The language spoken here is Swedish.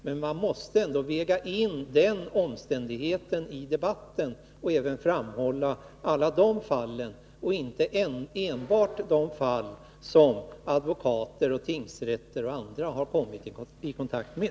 Men man måste också väga in den omständigheten i debatten och framhålla alla de fallen och inte enbart de fall som advokater, tingsrätter och andra har kommit i kontakt med.